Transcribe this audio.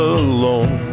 alone